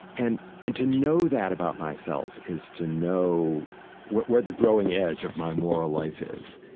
and and to know that about myself is to know where where the growing edge of my moral life is.